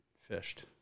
fished